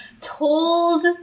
told